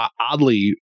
Oddly